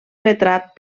retrat